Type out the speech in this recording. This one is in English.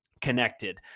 connected